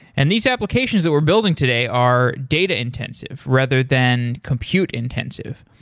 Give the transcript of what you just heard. and these applications that we're building today are data intensive, rather than compute intensive.